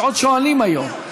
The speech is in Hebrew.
יש עוד שואלים היום.